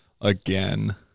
again